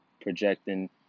projecting